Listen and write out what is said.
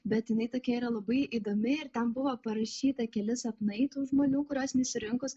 bet jinai tokia yra labai įdomi ir ten buvo parašyta keli sapnai tų žmonių kuriuos jinai surinkus